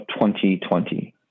2020